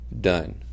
done